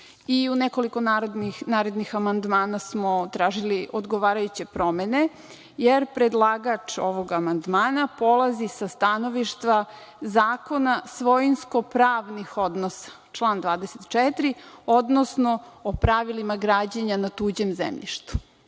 u nekoliko narednih amandmana smo tražili odgovarajuće promene, jer predlagač ovog amandmana polazi sa stanovišta zakona svojinsko pravnih odnosa, član 24. odnosno, o pravilima građenja na tuđem zemljištu.